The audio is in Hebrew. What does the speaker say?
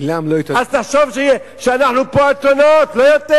אז תחשוב שאנחנו פה אתונות, לא יותר,